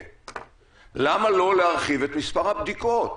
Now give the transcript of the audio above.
למה לא להרחיב את מספר הבדיקות.